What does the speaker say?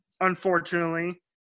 unfortunately